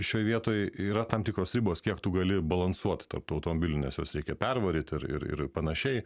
šioj vietoj yra tam tikros ribos kiek tu gali balansuot tarp tų automobilių nes juos reikia pervaryt ir ir ir panašiai